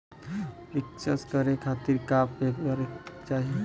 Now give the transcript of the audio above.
पिक्कस करे खातिर का का पेपर चाही?